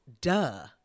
duh